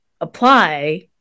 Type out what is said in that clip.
apply